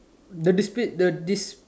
the this bit the this